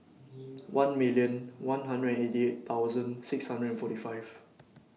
one million one hundred eighty eight thousand six hundred and forty five